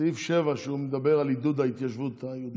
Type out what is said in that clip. סעיף 7, שמדבר על עידוד ההתיישבות היהודית.